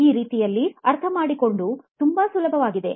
ಆ ರೀತಿಯಲ್ಲಿ ಅರ್ಥಮಾಡಿಕೊಳ್ಳುವುದು ತುಂಬಾ ಸುಲಭವಾಗಿದೆ